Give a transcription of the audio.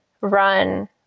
run